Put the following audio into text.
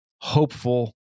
hopeful